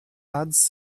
ads